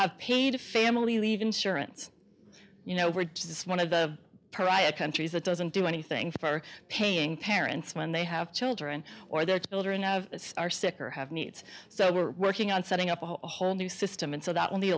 have paid family leave insurance you know we're just one of the pariah countries that doesn't do anything for paying parents when they have children or their children are sick or have needs so we're working on setting up a whole new system and so that on